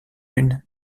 une